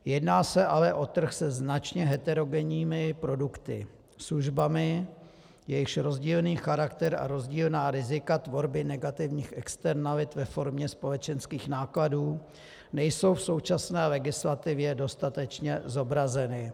Jedná se ale o trh se značně heterogenními produkty, službami, jejichž rozdílný charakter a rozdílná rizika tvorby negativních externalit ve formě společenských nákladů nejsou v současné legislativě dostatečně zobrazeny.